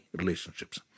relationships